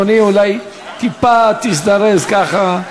אדוני, אולי טיפה תזדרז, ככה.